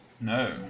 No